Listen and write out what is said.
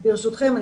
ברשותכם,